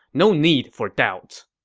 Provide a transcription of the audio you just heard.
no need for doubts.